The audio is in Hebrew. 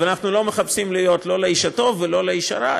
אבל אנחנו לא מחפשים להיות לא האיש הטוב ולא האיש הרע,